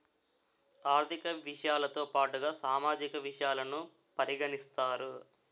ఆర్థిక విషయాలతో పాటుగా సామాజిక విషయాలను పరిగణిస్తారు